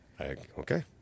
Okay